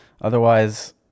Otherwise